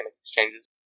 exchanges